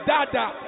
Dada